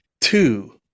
two